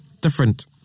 different